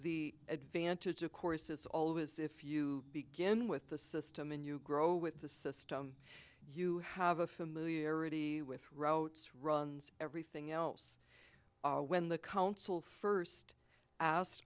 the advantage of course as all of us if you begin with the system and you grow with the system you have a familiarity with routes runs everything else when the council first asked